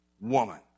woman